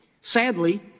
Sadly